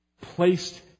placed